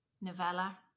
novella